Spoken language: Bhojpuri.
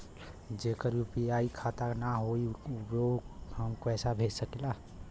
जेकर यू.पी.आई खाता ना होई वोहू के हम पैसा भेज सकीला?